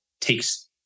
takes